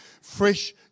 fresh